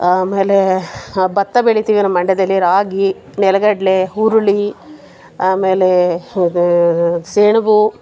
ಆಮೇಲೇ ಭತ್ತ ಬೆಳಿತೀವಿ ನಮ್ಮ ಮಂಡ್ಯದಲ್ಲಿ ರಾಗಿ ನೆಲಗಡಲೆ ಹುರುಳಿ ಆಮೇಲೆ ಇದೂ ಸೆಣಬು